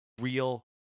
real